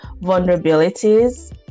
vulnerabilities